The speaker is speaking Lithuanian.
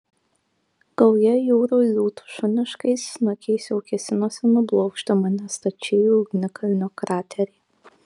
gauja jūrų liūtų šuniškais snukiais jau kėsinosi nublokšti mane stačiai į ugnikalnio kraterį